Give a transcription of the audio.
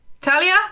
Talia